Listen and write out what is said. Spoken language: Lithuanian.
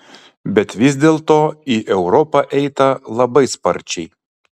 bet vis dėlto į europą eita labai sparčiai